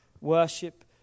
worship